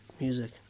music